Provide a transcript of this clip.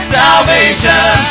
salvation